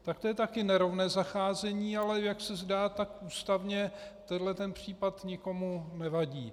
Tak to je také nerovné zacházení, ale jak se zdá, tak ústavně tenhle případ nikomu nevadí.